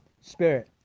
spirit